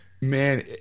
man